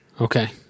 Okay